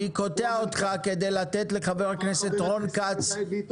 אני קוטע אותך על מנת לתת לחבר הכנסת רון כץ